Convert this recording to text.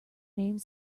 named